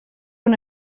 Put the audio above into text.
una